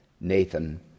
Nathan